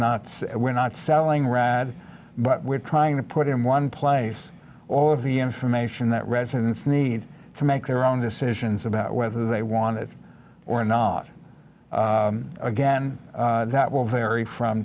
not we're not selling red but we're trying to put in one place all of the information that residents need to make their own decisions about whether they want it or not again that will vary from